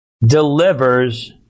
delivers